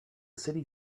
city